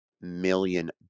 million